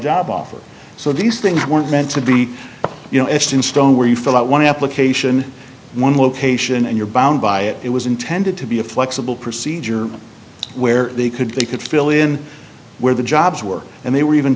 on so these things weren't meant to be you know it's in stone where you fill out one application one location and you're bound by it it was intended to be a flexible procedure where they could they could fill in where the jobs were and they were even